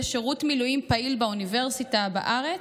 שירות מילואים פעיל באוניברסיטה בארץ,